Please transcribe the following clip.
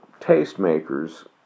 tastemakers